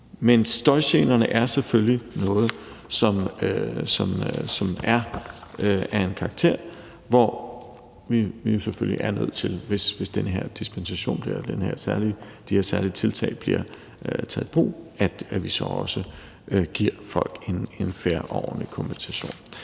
Men støjgenerne er noget, som er af en karakter, hvor vi selvfølgelig er nødt til, hvis den her dispensation, de her særlige tiltag bliver taget i brug, så også at give folk en fair og ordentlig kompensation.